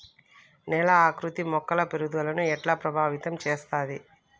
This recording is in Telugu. నేల ఆకృతి మొక్కల పెరుగుదలను ఎట్లా ప్రభావితం చేస్తది?